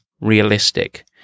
realistic